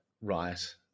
right